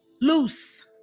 loose